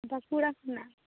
ᱵᱟᱹᱠᱩᱲᱟ ᱠᱷᱚᱱᱟᱜ